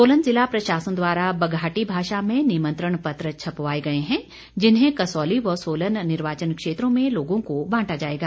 सोलन जिला प्रशासन द्वारा बघाटी भाषा में निमंत्रण पत्र छपवाए गए हैं जिन्हें कसौली व सोलन निर्वाचन क्षेत्रों में लोगों को बांटा जाएगा